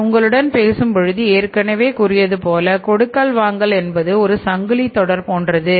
நான் உங்களுடன் பேசும்பொழுது ஏற்கனவே கூறியதுபோல கொடுக்கல் வாங்கல் என்பது ஒரு சங்கிலித்தொடர் போன்றது